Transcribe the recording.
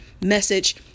message